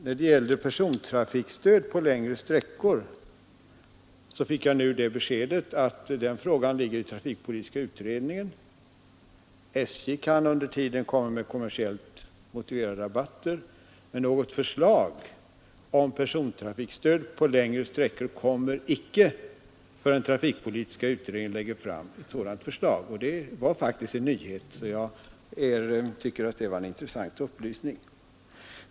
När det gällde persontrafikstöd på längre sträckor fick jag nu beskedet att frågan ligger i trafikpolitiska utredningen. SJ kan under tiden komma med kommersiellt motiverade rabatter, men något förslag om persontrafikstöd på längre sträckor kommer icke förrän trafikpolitiska utredningen lägger fram ett sådant förslag. Det var faktiskt en nyhet och en som jag tycker intressant upplysning.